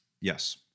Yes